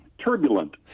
turbulent